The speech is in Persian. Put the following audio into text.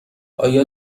آیا